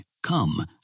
Come